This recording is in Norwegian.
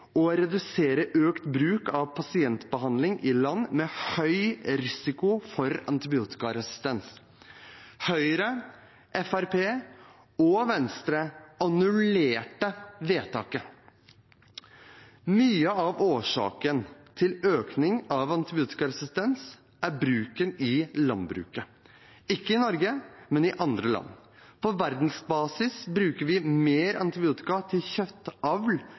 å redusere økt bruk av pasientbehandling i land med høy risiko for antibiotikaresistens Høyre, Fremskrittspartiet og Venstre annullerte vedtaket. Mye av årsaken til økningen av antibiotiaresistens er bruken av antibiotika i landbruket – ikke i Norge, men i andre land. På verdensbasis bruker vi mer antibiotika til